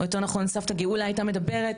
או יותר נכון סבתא גאולה הייתה מדברת,